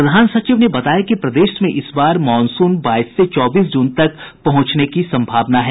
प्रधान सचिव ने बताया कि प्रदेश में इसबार मॉनसून बाईस से चौबीस जून तक पहुंचने की सम्भावना है